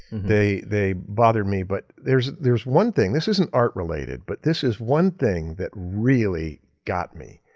they they bother me but there's there's one thing. this isn't art related but this is one thing that really got me.